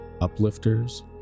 Uplifters